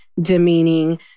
demeaning